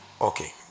Okay